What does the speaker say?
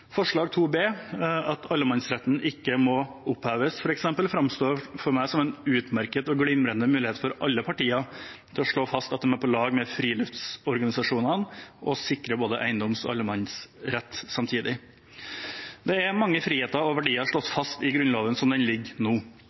at allemannsretten ikke må oppheves, framstår for meg som en utmerket og glimrende mulighet for alle partiene til å slå fast at de er på lag med friluftsorganisasjonene og sikrer både eiendomsrett og allemannsrett samtidig. Det er mange friheter og verdier som er slått fast i Grunnloven slik den foreligger nå.